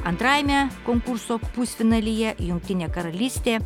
antrajame konkurso pusfinalyje jungtinė karalystė